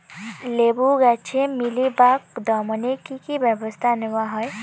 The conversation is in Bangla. লেবু গাছে মিলিবাগ দমনে কী কী ব্যবস্থা নেওয়া হয়?